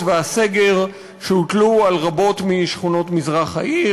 והסגר שהוטלו על רבות משכונות מזרח העיר,